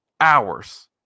hours